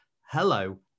Hello